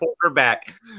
quarterback